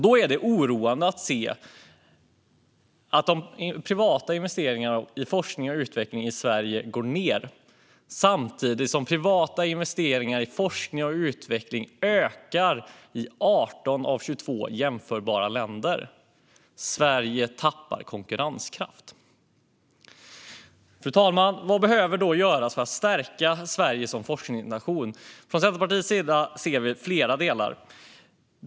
Då är det oroande att se att de privata investeringarna i forskning och utveckling i Sverige går ned samtidigt som privata investeringar i forskning och utveckling ökar i 18 av 22 jämförbara länder. Sverige tappar konkurrenskraft. Fru talman! Vad behöver då göras för att stärka Sverige som forskningsnation? Från Centerpartiets sida ser vi flera delar.